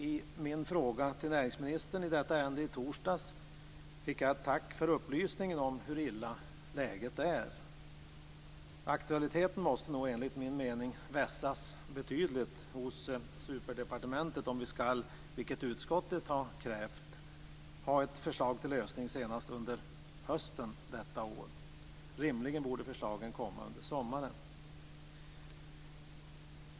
I min fråga till näringsministern i detta ärende i torsdags fick jag ett tack för upplysningen om hur illa läget är. Aktualiteten måste nog enligt min mening vässas betydligt hos superdepartementet om vi skall, vilket utskottet har krävt, ha ett förslag till lösning senast under hösten detta år. Rimligen borde förslagen komma under sommaren.